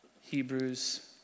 Hebrews